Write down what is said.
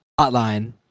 hotline